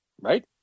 right